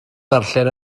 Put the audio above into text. ddarllen